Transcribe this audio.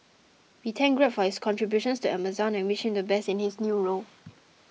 we thank Greg for his contributions to Amazon and wish him the best in his new role